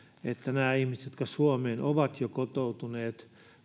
että näiden ihmisten jotka suomeen ovat jo kotoutuneet